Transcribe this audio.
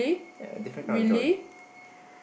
ya a different kind of joy